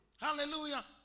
Hallelujah